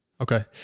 Okay